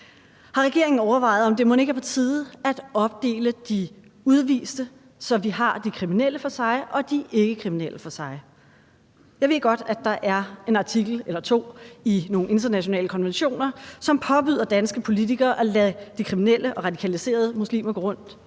Har regeringen overvejet, om det mon ikke er på tide at opdele de udviste, så vi har de kriminelle for sig og de ikkekriminelle for sig? Jeg ved godt, at der er en artikel eller to i nogle internationale konventioner, som påbyder danske politikere at lade de kriminelle og radikaliserede muslimer gå frit